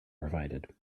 provided